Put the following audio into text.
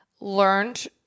learned